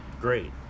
great